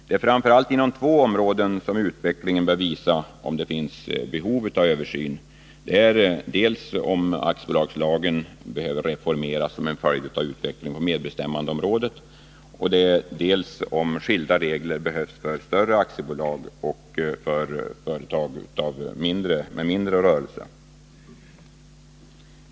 Det är framför allt inom två områden som utvecklingen bör visa om det finns behov av en översyn — dels om aktiebolagslagen behöver reformeras som en följd av utvecklingen på medbestämmandeområdet, dels om skilda regler behövs för större aktiebolag och för företag av mindre omfattning.